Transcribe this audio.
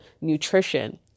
nutrition